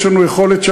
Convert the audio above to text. יש לנו שם יכולת,